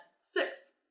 six